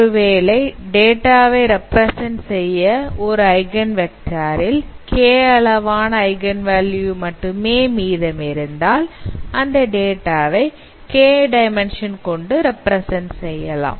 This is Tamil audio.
ஒருவேளை டேட்டாவை ரெப்பிரசன்ட் செய்ய ஒரு ஐகன்வெக்டார் ல் k அளவான ஐகன் வால்யூ மட்டுமே மீதமிருந்தால் அந்த டேட்டாவை k டைமென்ஷன் கொண்டு ரெப்பிரசன்ட் செய்யலாம்